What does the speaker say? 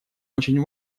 очень